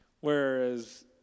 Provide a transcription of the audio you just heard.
Whereas